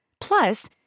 Plus